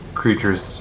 creatures